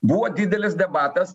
buvo didelis debatas